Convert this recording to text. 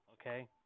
okay